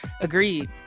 agreed